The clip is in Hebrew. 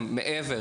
בזה.